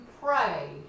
pray